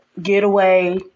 getaway